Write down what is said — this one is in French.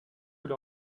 sous